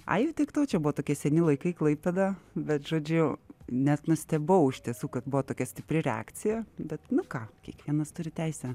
ai jau tiek to čia buvo tokie seni laikai klaipėda bet žodžiu net nustebau iš tiesų kad buvo tokia stipri reakcija bet nu ką kiekvienas turi teisę